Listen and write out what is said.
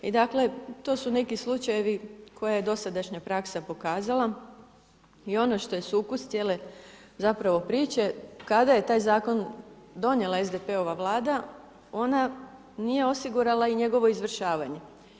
I dakle, to su neki slučajevi koje je dosadašnja pokazala i ono što je sukus cijele, zapravo, priče, kada je taj Zakon donijela SDP-ova Vlada, ona nije osigurala i njegovo izvršavanje.